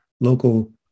local